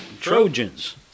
Trojans